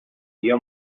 بیا